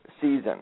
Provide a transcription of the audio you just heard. season